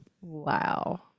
wow